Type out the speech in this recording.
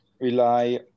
rely